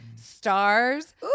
stars